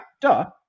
duh